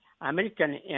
American